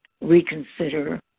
reconsider